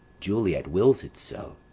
juliet wills it so.